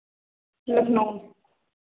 Lucknow